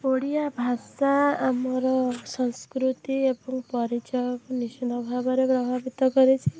ଓଡ଼ିଆ ଭାଷା ଆମର ସଂସ୍କୃତି ଏବଂ ପରିଚୟକୁ ନିଶ୍ଚିନ୍ତ ଭାବରେ ପ୍ରଭାବିତ କରିଛି